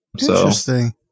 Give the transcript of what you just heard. Interesting